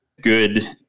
good